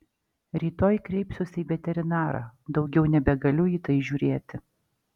rytoj kreipsiuosi į veterinarą daugiau nebegaliu į tai žiūrėti